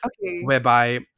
Whereby